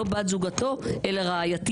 לא 'בת זוגתו' אלא 'רעייתו'.